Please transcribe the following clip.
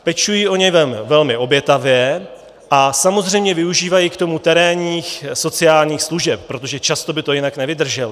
Pečují o něj velmi obětavě a samozřejmě využívají k tomu terénních sociálních služeb, protože často by to jinak nevydržely.